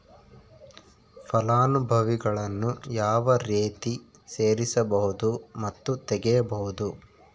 ಫಲಾನುಭವಿಗಳನ್ನು ಯಾವ ರೇತಿ ಸೇರಿಸಬಹುದು ಮತ್ತು ತೆಗೆಯಬಹುದು?